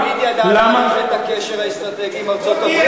הוא תמיד ידע להעריך את הקשר האסטרטגי עם ארצות-הברית,